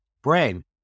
Brain